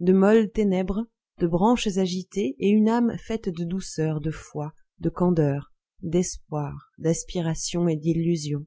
de molles ténèbres de branches agitées et une âme faite de douceur de foi de candeur d'espoir d'aspiration et d'illusion